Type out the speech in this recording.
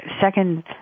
second